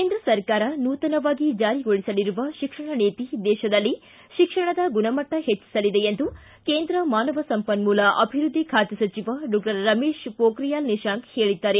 ಕೇಂದ್ರ ಸರಕಾರ ನೂತನವಾಗಿ ಜಾರಿಗೊಳಿಸಲಿರುವ ಶಿಕ್ಷಣ ನೀತಿ ದೇಶದಲ್ಲಿ ಶಿಕ್ಷಣದ ಗುಣಮಟ್ಟ ಹೆಚ್ಚಿಸಲಿದೆ ಎಂದು ಕೇಂದ್ರ ಮಾನವ ಸಂಪನ್ಮೂಲ ಅಭಿವೃದ್ದಿ ಖಾತೆ ಸಚಿವ ಡಾಕ್ಟರ್ ರಮೇಶ್ ಪೋಬ್ರಿಯಾಲ್ ನಿಶಾಂಕ್ ಹೇಳಿದ್ದಾರೆ